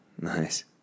Nice